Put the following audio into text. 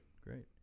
Great